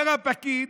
אומר הפקיד,